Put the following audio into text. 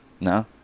No